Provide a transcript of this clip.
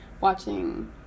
watching